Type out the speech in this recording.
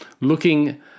looking